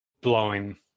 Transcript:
blowing